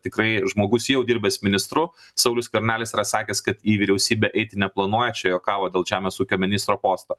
tikrai žmogus jau dirbęs ministru saulius skvernelis yra sakęs kad į vyriausybę eiti neplanuoja čia juokavo dėl žemės ūkio ministro posto